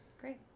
Great